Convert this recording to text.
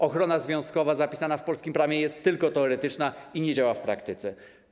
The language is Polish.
Ochrona związkowa zapisana w polskim prawie jest tylko teoretyczna i nie działa w praktyce.